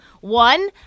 One